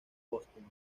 póstumo